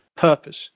purpose